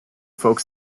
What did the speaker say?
folk